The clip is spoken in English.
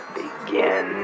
begin